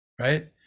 right